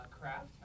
craft